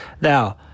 Now